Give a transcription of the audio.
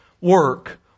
work